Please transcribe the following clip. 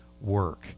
work